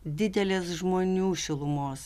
didelės žmonių šilumos